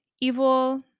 evil